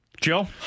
Joe